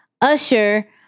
Usher